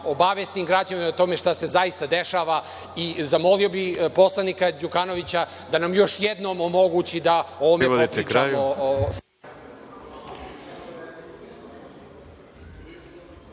obavestim građane o tome što se zaista dešava i zamolio bi poslanika Đukanovića da nam još jednom omogući da o ovome popričamo.